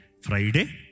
Friday